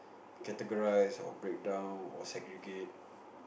categories or break down or segregate